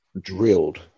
Drilled